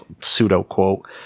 pseudo-quote